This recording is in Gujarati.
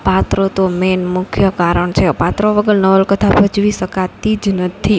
પાત્રો તો મેન મુખ્ય કારણ છે પાત્રો વગર નવલકથા ભજવી સકાતી જ નથી